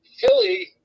Philly